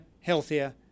healthier